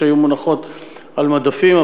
שהיו מונחות על מדפים,